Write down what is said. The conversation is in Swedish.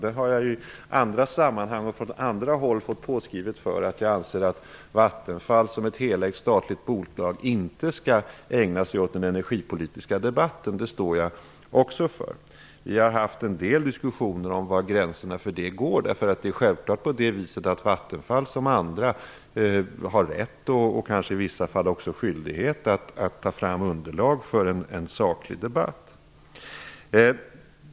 Jag har i andra sammanhang och från andra håll fått påskrivet för att jag anser att Vattenfall, såsom ett helägt statligt bolag, inte skall delta i den energipolitiska debatten. Det står jag också för. Vi har haft en del diskussioner om var gränsen går, eftersom Vattenfall liksom andra bolag självfallet har rätt och kanske i vissa fall också skyldighet att ta fram underlag för en saklig debatt.